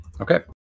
Okay